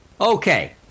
Okay